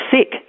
sick